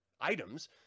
items